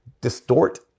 distort